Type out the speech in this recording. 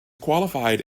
qualified